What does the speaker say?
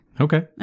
Okay